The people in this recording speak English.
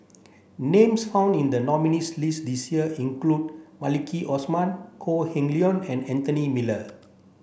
names found in the nominees' list this year include Maliki Osman Kok Heng Leun and Anthony Miller